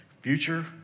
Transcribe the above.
future